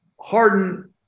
Harden